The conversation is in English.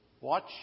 Watch